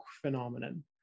phenomenon